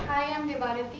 i am debarati.